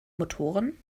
motoren